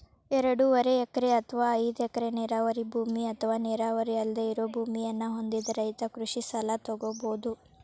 ಎರಡೂವರೆ ಎಕರೆ ಅತ್ವಾ ಐದ್ ಎಕರೆ ನೇರಾವರಿ ಭೂಮಿ ಅತ್ವಾ ನೇರಾವರಿ ಅಲ್ದೆ ಇರೋ ಭೂಮಿಯನ್ನ ಹೊಂದಿದ ರೈತ ಕೃಷಿ ಸಲ ತೊಗೋಬೋದು